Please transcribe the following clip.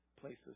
places